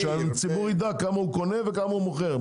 שהציבור ידע כמה הוא קונה וכמה הוא מוכר.